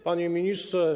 Panie Ministrze!